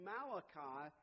Malachi